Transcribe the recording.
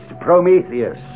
Prometheus